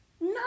No